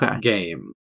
game